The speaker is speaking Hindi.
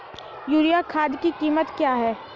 यूरिया खाद की कीमत क्या है?